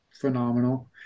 phenomenal